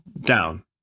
down